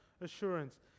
assurance